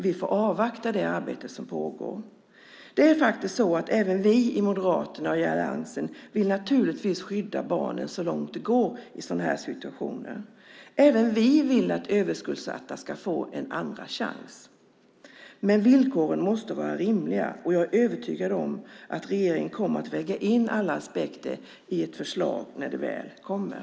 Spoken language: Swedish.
Vi får avvakta det arbete som pågår. Naturligtvis vill även vi i Moderaterna och alliansen skydda barnen så långt det går i sådana här situationer. Även vi vill att överskuldsatta ska få en andra chans, men villkoren måste vara rimliga. Jag är övertygad om att regeringen kommer att väga in alla aspekter i ett förslag när det väl kommer.